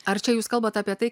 ar čia jūs kalbat apie tai